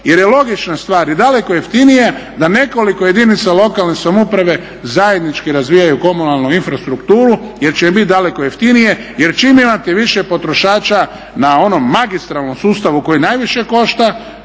jer je logična stvar i daleko jeftinije da nekoliko jedinica lokalne samouprave zajednički razvijaju komunalnu infrastrukturu jer će im bit daleko jeftinije, jer čim imate više potrošača na onom magistralnom sustavu koji najviše košta